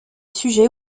sujet